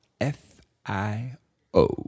F-I-O